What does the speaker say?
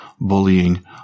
bullying